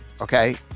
okay